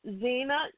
Zena